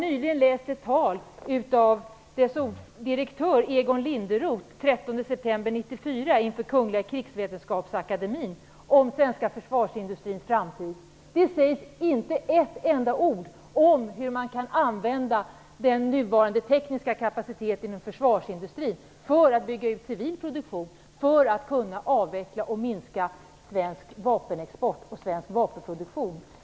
Nyligen läste jag ett tal från den 13 december 1994 av direktör Egon Linderoth inför Kungliga Krigsvetenskapsakademien om den svenska försvarsindustrins framtid. Det sägs inte ett enda ord om hur man kan använda den nuvarande tekniska kapaciteten inom försvarsindustrin för att bygga ut civil produktion för att kunna avveckla och minska svensk vapenexport och svensk vapenproduktion.